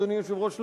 אדוני היושב-ראש,